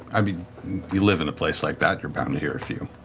i mean you live in a place like that, you're bound to hear a few.